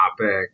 topic